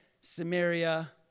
Samaria